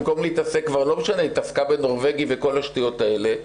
במקום להתעסק בנורבגי ובכל השטויות האלה,